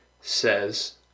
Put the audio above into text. says